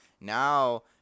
now